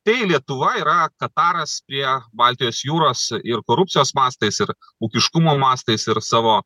tai lietuva yra kataras prie baltijos jūros ir korupcijos mastais ir ūkiškumo mastais ir savo